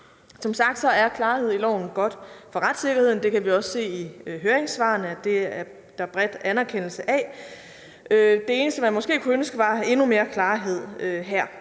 Som sagt er klarhed i loven godt for retssikkerheden, og det kan vi også se i høringssvarene at der er en bred anerkendelse af. Det eneste, man måske kunne ønske, var endnu mere klarhed her.